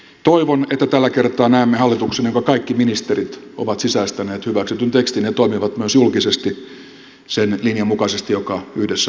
toivon että tällä kertaa näemme hallituksen jonka kaikki ministerit ovat sisäistäneet hyväksytyn tekstin ja toimivat myös julkisesti sen linjan mukaisesti joka yhdessä on hyväksytty